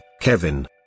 Kevin